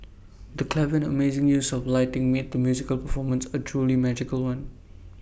the clever and amazing use of lighting made the musical performance A truly magical one